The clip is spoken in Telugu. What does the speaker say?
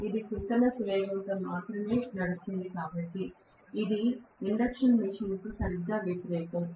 ఇది సింక్రోనస్ వేగంతో మాత్రమే నడుస్తుంది కాబట్టి ఇది ఇండక్షన్ మెషీన్కు సరిగ్గా వ్యతిరేకం